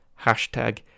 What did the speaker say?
hashtag